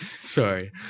Sorry